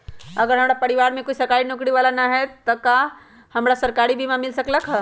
अगर हमरा परिवार में कोई सरकारी नौकरी बाला इंसान हई त हमरा सरकारी बीमा मिल सकलई ह?